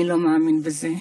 אני לא מאמין בזה.